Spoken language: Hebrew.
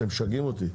אתם משגעים אותי.